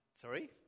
Sorry